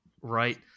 right